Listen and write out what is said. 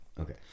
okay